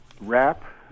wrap